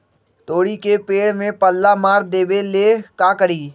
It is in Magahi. तोड़ी के पेड़ में पल्ला मार देबे ले का करी?